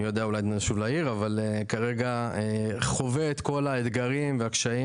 מי יודע אולי עוד נשוב לעיר אבל כרגע חווה את כל האתגרים והקשיים,